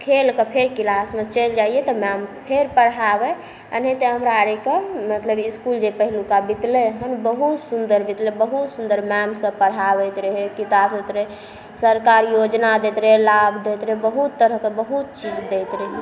खेलकऽ फेर क्लासमे चलि जाइए तऽ मैम फेर पढ़ाबै एनाहिते हमरा आरके मतलब इसकुल जे पहिलुका बितलै हँ बहुत सुन्दर बितलै बहुत सुन्दर मैम सब पढ़ाबैत रहै किताब दैत रहै सरकार योजना दैत रहै लाभ दैत रहै बहुत तरहके बहुत चीज दैत रहै